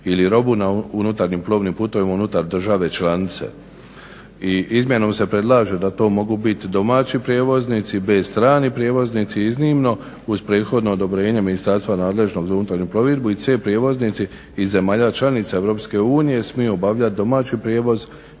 ili robu na unutarnjim plovnim putovima unutar države članice. I izmjenom se predlaže da to mogu bit a)domaći prijevoznici, b) strani prijevoznici iznimno uz prethodno odobrenje ministarstva nadležnog za unutarnju plovidbu i c) prijevoznici iz zemalja članica EU smiju obavljati domaći prijevoz